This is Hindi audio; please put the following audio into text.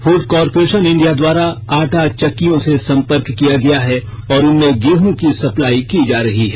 फूड कॉरपोरेशन इंडिया द्वारा आटा चक्कियों से सम्पर्क किया गया है और उनमें गेहूं की सप्लाई की जा रही है